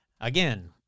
Again